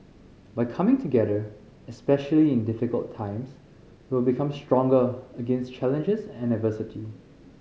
by coming together especially in difficult times we will become stronger against challenges and adversity